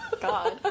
God